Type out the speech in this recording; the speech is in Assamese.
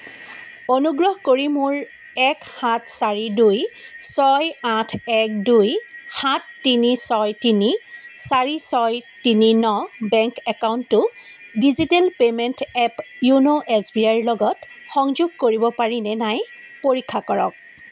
অনুগ্ৰহ কৰি মোৰ এক সাত চাৰি দুই ছয় আঠ এক দুই সাত তিনি ছয় তিনি চাৰি ছয় তিনি ন বেংক একাউণ্টটো ডিজিটেল পে'মেণ্ট এপ য়োন' এছ বি আই ৰ লগত সংযোগ কৰিব পাৰি নে নাই পৰীক্ষা কৰক